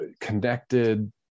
connected